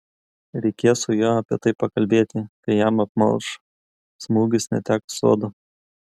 reikės su juo apie tai pakalbėti kai jam apmalš smūgis netekus sodo